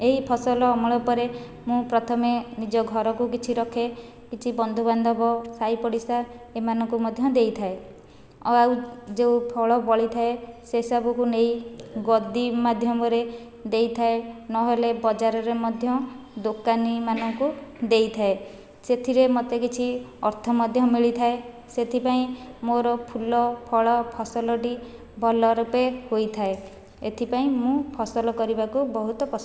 ଏହି ଫସଲ ଅମଳ ପରେ ମୁଁ ପ୍ରଥମେ ନିଜ ଘରକୁ କିଛି ରଖେ କିଛି ବନ୍ଧୁବାନ୍ଧବ ସାହିପଡ଼ିଶା ଏମାନଙ୍କୁ ମଧ୍ୟ ଦେଇଥାଏ ଆଉ ଯେଉଁ ଫଳ ବଳି ଥାଏ ସେସବୁକୁ ନେଇ ଗଦି ମାଧ୍ୟମରେ ଦେଇଥାଏ ନହେଲେ ବଜାରରେ ମଧ୍ୟ ଦୋକାନୀ ମାନଙ୍କୁ ଦେଇଥାଏ ସେଥିରେ ମୋତେ କିଛି ଅର୍ଥ ମଧ୍ୟ ମିଳିଥାଏ ସେଥିପାଇଁ ମୋର ଫୁଲ ଫଳ ଫସଲଟି ଭଲ ରୂପେ ହୋଇଥାଏ ଏଥିପାଇଁ ମୁଁ ଫସଲ କରିବାକୁ ବହୁତ ପସନ୍ଦ କରେ